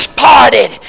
parted